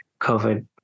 COVID